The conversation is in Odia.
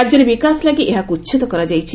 ରାଜ୍ୟର ବିକାଶ ଲାଗି ଏହାକୁ ଉଚ୍ଛେଦ କରାଯାଇଛି